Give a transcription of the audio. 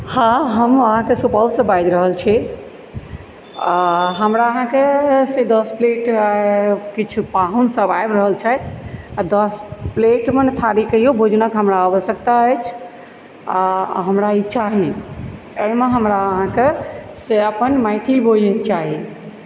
हँ हम अहाँके सुपौलसँ बाजि रहल छी आओर हमरा अहाँके से दस प्लेट किछु पाहुनसभ आबि रहल छथि आओर दस प्लेट मने थाली कहियौ भोजनके हमरा आवश्यकता अछि आओर हमरा ई चाही एहिमे हमरा अहाँके से अपन मैथिल भोजन चाही